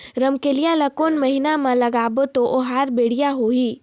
रमकेलिया ला कोन महीना मा लगाबो ता ओहार बेडिया होही?